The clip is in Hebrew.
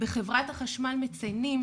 בחברת החשמל מציינים,